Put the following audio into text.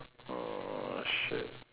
oh shit